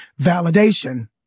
validation